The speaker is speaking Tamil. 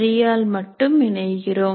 வரியால் மட்டும் இணைகிறோம்